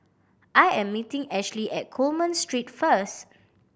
I am meeting Ashly at Coleman Street first